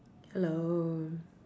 hello